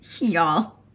Y'all